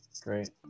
Great